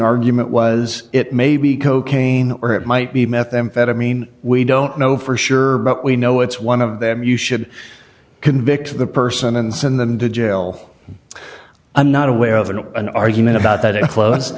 argument was it may be cocaine or it might be methamphetamine we don't know for sure but we know it's one of them you should convict the person and send them to jail i'm not aware of an an argument about that